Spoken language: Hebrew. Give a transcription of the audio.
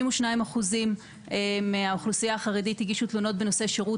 62% מהאוכלוסייה החרדית הגישו תלונות בנושא שירות